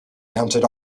mounted